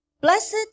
Blessed